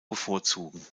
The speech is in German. bevorzugen